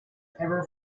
ever